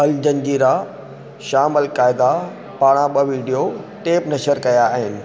Al Jazeera शाम al Qaeda पारां ब॒ वीडियो टेप नशर कया आहिनि